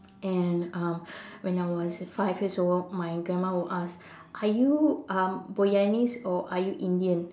and um when I was five years old my grandma would ask are you um Boyanese or are you Indian